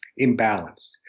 imbalanced